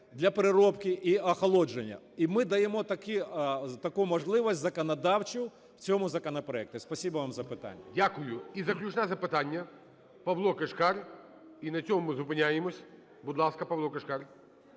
для переробки і охолодження. І ми даємо таку можливість законодавчу в цьому законопроекті. Спасибі вам за питання. ГОЛОВУЮЧИЙ. Дякую. І заключне запитання - Павло Кишкар. І на цьому ми зупиняємось. Будь ласка, Павло Кишкар.